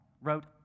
wrote